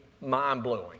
mind-blowing